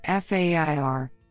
FAIR